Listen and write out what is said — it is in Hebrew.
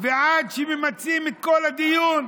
ועד שממצים את כל הדיון,